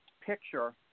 picture